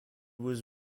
was